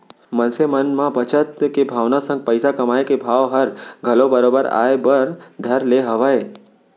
मनसे मन म बचत के भावना संग पइसा कमाए के भाव हर घलौ बरोबर आय बर धर ले हवय